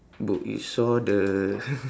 ibu you saw the